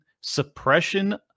suppression